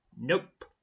nope